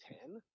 ten